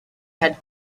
had